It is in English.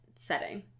setting